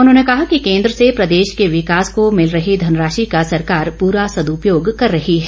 उन्होंने कहा कि केन्द्र से प्रदेश के विकास को मिल रही धन राशि का सरकार पूरा सदूपयोग कर रही है